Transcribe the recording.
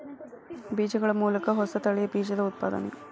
ಬೇಜಗಳ ಮೂಲಕ ಹೊಸ ತಳಿಯ ಬೇಜದ ಉತ್ಪಾದನೆ